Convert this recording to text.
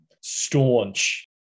staunch